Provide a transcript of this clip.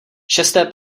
šesté